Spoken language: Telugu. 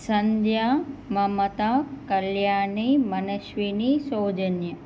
సంధ్య మమత కళ్యాణి మనష్విని సౌజన్య